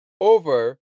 over